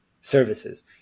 services